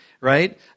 right